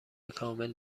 کامل